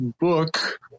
book